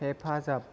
हेफाजाब